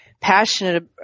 passionate